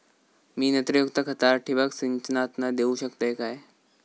मी नत्रयुक्त खता ठिबक सिंचनातना देऊ शकतय काय?